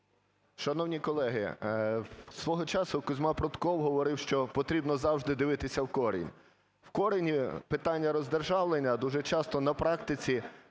Шановні колеги, свого часу Козьма Прутков говорив, що потрібно завжди дивитися в корінь. В корені питання роздержавлення дуже часто на практиці лежить